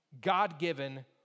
God-given